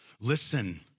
Listen